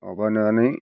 माबानानै